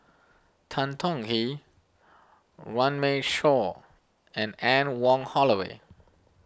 Tan Tong Hye Runme Shaw and Anne Wong Holloway